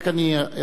התשע"ב 2012, נתקבל.